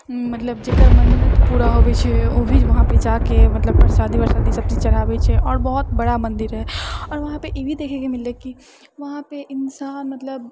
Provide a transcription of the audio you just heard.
मतलब जकर मन्नत पूरा होबै छै उभी वहाँपर जाके मतलब परसादी वरसादी सबचीज चढ़ाबै छै आओर बहुत बड़ा मन्दिर रहै आओर वहाँपर ई भी देखैके मिललै की वहाँपर इन्सान मतलब